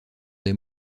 des